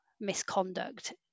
misconduct